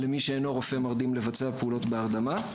למי שאינו רופא מרדים לבצע פעולות בהרדמה.